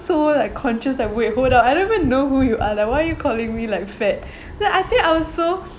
so like conscious like wait hold up I don't even know who you are like why you calling me like fat then I think I was so